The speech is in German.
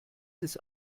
des